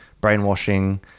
brainwashing